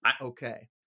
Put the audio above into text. okay